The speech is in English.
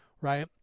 right